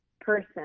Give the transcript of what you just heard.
person